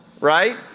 right